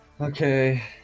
Okay